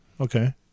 Okay